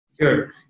Sure